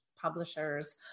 publishers